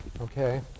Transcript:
Okay